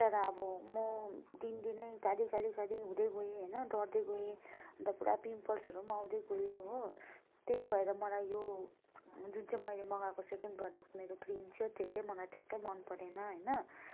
तर अब म दिनदिनै काली काली काली हुँदै गएँ होइन डढ्दै गएँ अन्त पुरा पिम्पल्सहरू पनि आउँदै गयो हो त्यही भएर मलाई यो जुन चाहिँ मैले मगाएको सेकेन्ड प्रोडक्ट मेरो क्रिम चाहिँ मलाई ट्याक्कै मन परेन होइन